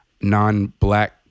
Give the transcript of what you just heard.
non-black